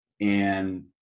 And-